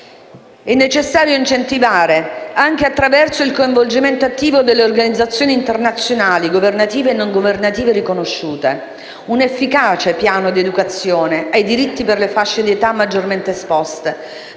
È necessario incentivare, anche attraverso il coinvolgimento attivo delle organizzazioni internazionali governative e non governative riconosciute, un efficace piano di educazione ai diritti per le fasce di età maggiormente esposte,